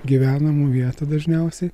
gyvenamų vietų dažniausiai